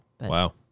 Wow